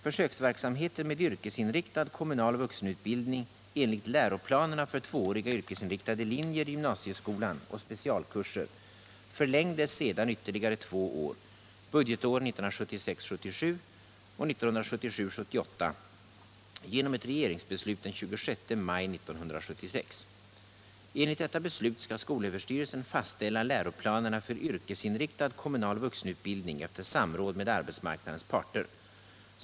Försöksverksamheten med yrkesinriktad kommunal vuxenutbildning enligt läroplanerna för tvååriga yrkesinriktade linjer i gymnasieskolan och specialkurser förlängdes sedan ytterligare två år, budgetåren 1976 78, genom ett regeringsbeslut den 26 maj 1976. Enligt detta beslut skall skolöverstyrelsen fastställa läroplanerna för yrkesinriktad kommunal vuxenutbildning efter samråd med arbetsmarknadens parter.